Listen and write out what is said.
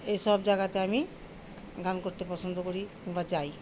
এইসব জায়গাতে আমি গান করতে পছন্দ করি বা চাই